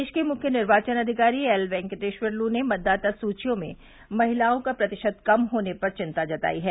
प्रदेश के मुख्य निर्वाचन अधिकारी एलवेंकटेश्वर लू ने मतदाता सूवियों में महिलाओं का प्रतिशत कम होने पर विंता जताई है